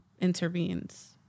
intervenes